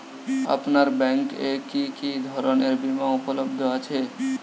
আপনার ব্যাঙ্ক এ কি কি ধরনের বিমা উপলব্ধ আছে?